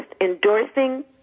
endorsing